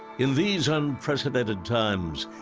in these unprecedented times,